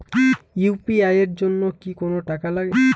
UPI এর জন্য কি কোনো টাকা লাগে?